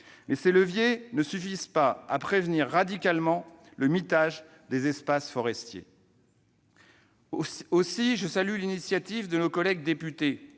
ces leviers ne suffisent pas à prévenir radicalement le mitage des espaces forestiers. Aussi, je salue l'initiative de nos collègues députés